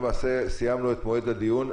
למעשה סיימנו את מועד הדיון,